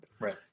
right